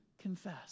confess